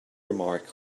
remark